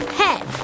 head